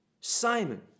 Simon